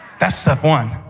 that's step one.